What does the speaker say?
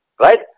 right